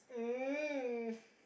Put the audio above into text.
um